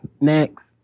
Next